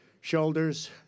shoulders